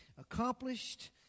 accomplished